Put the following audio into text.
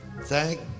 thank